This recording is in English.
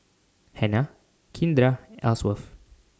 Hannah Kindra and Ellsworth